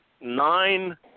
nine